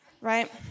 right